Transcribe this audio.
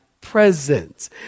presence